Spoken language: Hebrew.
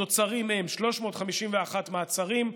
התוצרים הם: 351 מעצרים,